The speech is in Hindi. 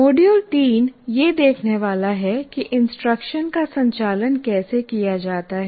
मॉड्यूल 3 यह देखने वाला है कि इंस्ट्रक्शन का संचालन कैसे किया जाता है